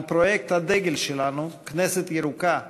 על פרויקט הדגל שלנו, "כנסת ירוקה",